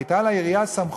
מפלגתו של שר החינוך,